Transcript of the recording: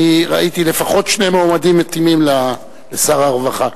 אני ראיתי לפחות שני מועמדים מתאימים לשר הרווחה.